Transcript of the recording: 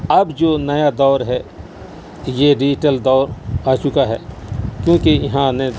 اب جو نیا دور ہے یہ ڈجیٹل دور آ چکا ہے کیونکہ یہاں نہ